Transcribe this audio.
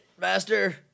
Master